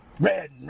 Red